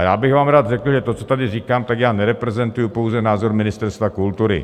Já bych vám rád řekl, že to, co tady říkám, tak nereprezentuji pouze názor Ministerstva kultury.